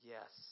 Yes